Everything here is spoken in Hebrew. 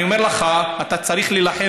אני אומר לך: אתה צריך להילחם,